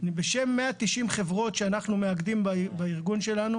אני בשם 190 חברות שאנחנו מאגדים בארגון שלנו,